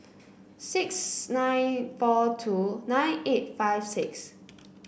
six nine four two nine eight five six